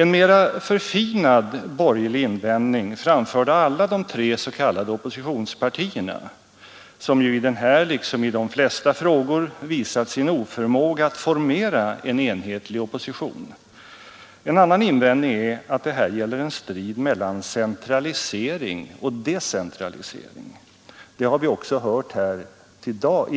En mera förfinad borgerlig invändning, framförd av alla de tre s.k. oppositionspartierna som i denna liksom i de flesta frågor visat sin oförmåga att formera en enhetlig opposition, är att det här gäller en strid mellan centralisering och decentralisering. Det har vi också hört här i